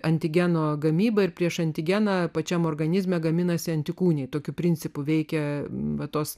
antigeno gamybą ir prieš antigeną pačiam organizme gaminasi antikūnai tokiu principu veikia va tos